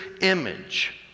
image